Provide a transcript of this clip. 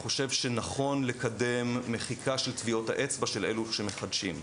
נכון לקדם מחיקה של טביעות האצבע של אלו שמחדשים.